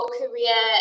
career